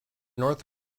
north